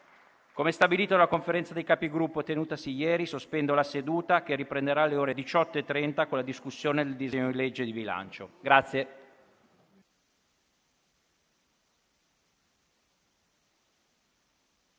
Come stabilito dalla Conferenza dei Capigruppo tenutasi ieri, sospendo la seduta, che riprenderà alle ore 18,30 con la discussione del disegno di legge di bilancio. *(La